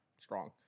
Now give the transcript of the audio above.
Strong